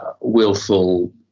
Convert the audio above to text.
willful